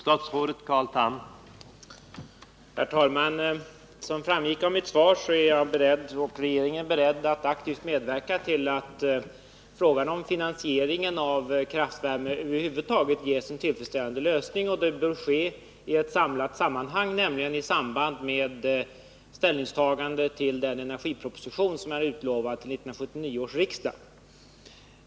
Herr talman! Som framgick av mitt svar är jag och regeringen beredda att aktivt medverka till att frågan om finansieringen av kraftvärme över huvud taget ges en tillfredsställande lösning. Det bör ske i ett samlat sammanhang, nämligen i samband med ställningstagande till den energiproposition som är utlovad till 1979 års riksdag.